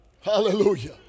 hallelujah